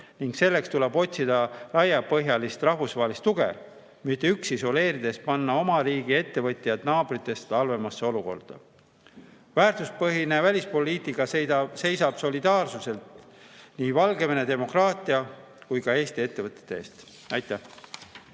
ent selleks tuleb otsida laiapõhjalist rahvusvahelist tuge, mitte isoleerudes panna oma riigi ettevõtjaid naabritest halvemasse olukorda. Väärtuspõhine välispoliitika seisab solidaarselt nii Valgevene demokraatia kui ka Eesti ettevõtete eest. Aitäh!